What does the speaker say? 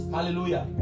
Hallelujah